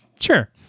sure